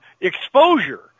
exposure